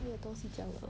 没有东西讲了